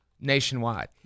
nationwide